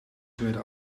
tweede